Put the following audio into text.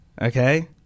Okay